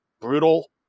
brutal